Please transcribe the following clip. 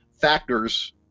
factors